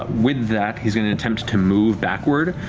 ah with that, he's going to attempt to move backward,